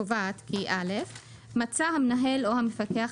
קובעת כי: "(א)מצא המנהל או המפקח,